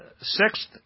Sixth